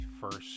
first